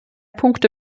punkte